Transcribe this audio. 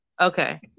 Okay